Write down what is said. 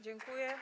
Dziękuję.